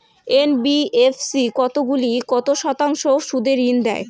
NBFC কতগুলি কত শতাংশ সুদে ঋন দেয়?